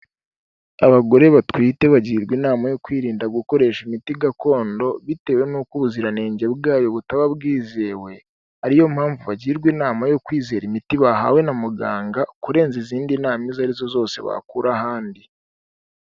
Abagore batwite bagirwa inama yo kwirinda gukoresha imiti gakondo bitewe n'uko ubuziranenge bwayo butaba bwizewe, ari yo mpamvu bagirwa inama yo kwizera imiti bahawe na muganga kurenza izindi nama izo ari zo zose bakura ahandi.